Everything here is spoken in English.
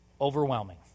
overwhelming